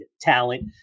talent